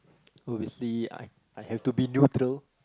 obviously I I have to be neutral